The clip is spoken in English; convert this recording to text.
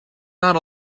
not